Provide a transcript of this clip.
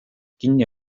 kinni